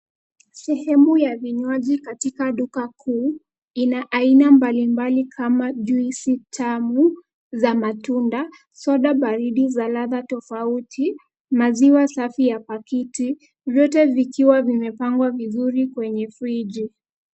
Sehemu ya vinywaji katika duka kuu ina aina mbalimbali kama juisi tamu za matunda, soda baridi za ladha tofauti, maziwa safi ya pakiti vyote vikiwa vimepangwa vizuri kwenye friji.